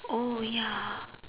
oh ya